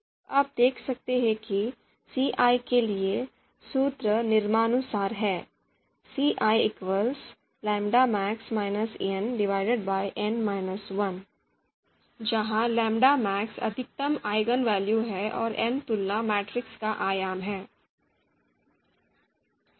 अब आप देख सकते हैं कि सीआई के लिए सूत्र निम्नानुसार है जहां λmax अधिकतम eigenvalue है और n तुलना मैट्रिक्स का आयाम है